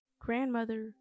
Grandmother